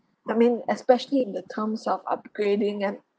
I mean especially in the terms of upgrading and